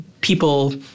people